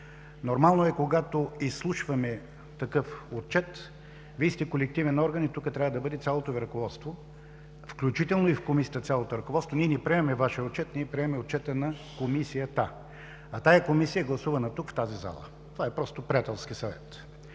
Нормално е, когато изслушваме такъв отчет, Вие сте колективен орган и тук трябва да бъде цялото Ви ръководство, включително и в Комисията, цялото ръководство. Ние не приемаме вашия отчет, ние приемаме отчета на Комисията. А тази Комисия е гласувана тук в тази зала. Това е просто приятелски съвет.